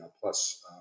plus